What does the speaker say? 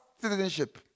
citizenship